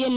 N